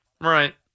Right